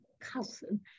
cousin